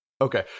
Okay